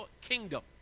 kingdom